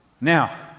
Now